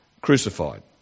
crucified